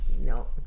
no